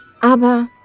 Aber